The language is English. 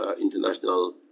international